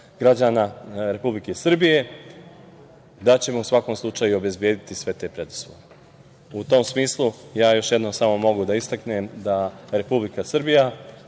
građana Republike Srbije, da ćemo u svakom slučaju obezbediti sve te predrasude.U tom smislu ja još jednom samo mogu da istaknem da Republika Srbija